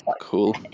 cool